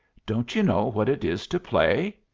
don't you know what it is to play?